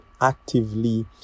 actively